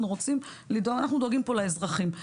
אנחנו רוצים לדאוג לאזרחים.